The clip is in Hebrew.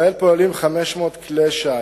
את הדגה בתקופת ההשרצה, שלושה